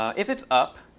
ah if it's up,